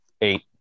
Eight